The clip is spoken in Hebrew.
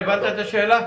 אחת.